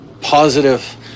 positive